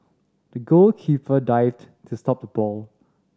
the goalkeeper dived to stop the ball